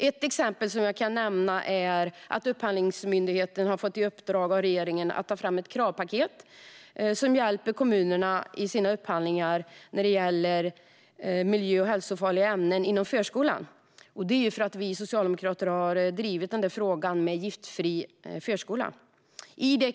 Ett exempel som jag kan nämna är att upphandlingsmyndigheten har fått i uppdrag av regeringen att ta fram ett kravpaket som hjälper kommunerna i deras upphandlingar när det gäller miljö och hälsofarliga ämnen inom förskolan. Det är för att vi socialdemokrater har drivit frågan om giftfri förskola.